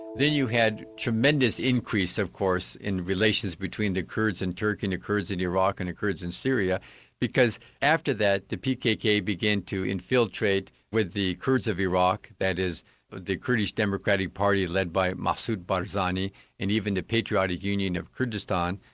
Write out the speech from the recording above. then you had tremendous increase of course in relations between the kurds in turkey and the kurds in iraq and the kurds in syria because after that the pkk began to infiltrate with the kurds of iraq, that is ah the kurdish democratic party led by masoud balzani and even the patriotic union of kurdistan,